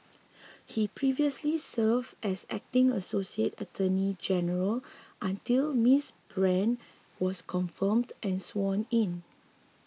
he previously served as acting associate attorney general until Ms Brand was confirmed and sworn in